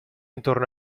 intorno